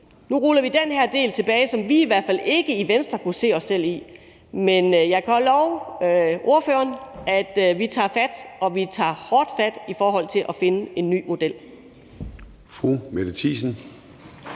Nu ruller vi den her del tilbage, som vi i Venstre i hvert fald ikke kunne se os selv i, men jeg kan også love ordføreren, at vi tager fat – vi tager hårdt fat – i forhold til at finde en ny model.